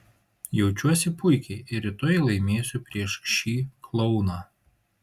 jaučiuosi puikiai ir rytoj laimėsiu prieš šį klouną